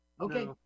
Okay